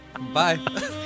Bye